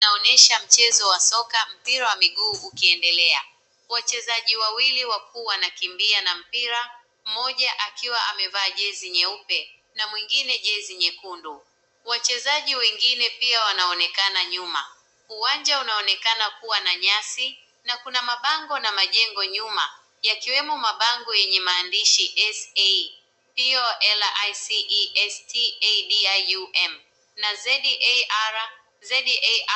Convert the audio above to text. Inaonyesha mchezo wa soka mpira wa miguu ukiendelea, wachezaji wawili wakuu wanakimbia na mpira mmoja akiwa amevaa jezi nyeupe na mwingine jezi nyekundu. Wachezaji wengine pia wanaonekana nyuma, uwanja unaonekana kuwa na nyasi na kuna mabango na majengo nyuma yakiwemo mabango yenye maandishi SAPOLICESTABIUM na ZAR.